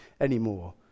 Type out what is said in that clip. anymore